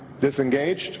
disengaged